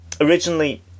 Originally